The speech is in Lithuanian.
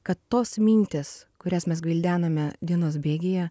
kad tos mintys kurias mes gvildenome dienos bėgyje